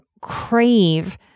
crave